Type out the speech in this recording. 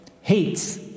hates